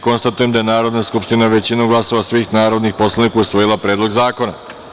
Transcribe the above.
Konstatujem da je Narodna skupština, većinom glasova svih narodnih poslanika, usvojila Predlog zakona.